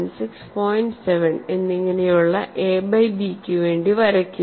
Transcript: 7 എന്നിങ്ങനെയുള്ള A by B ക്കു വേണ്ടി വരയ്ക്കുന്നു